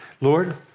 Lord